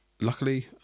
luckily